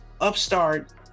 upstart